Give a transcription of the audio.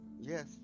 Yes